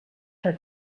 her